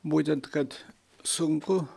būtent kad sunku